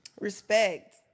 Respect